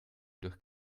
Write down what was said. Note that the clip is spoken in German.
durch